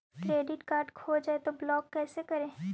Credit card खो जाए तो ब्लॉक कैसे करी?